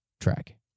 track